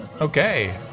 Okay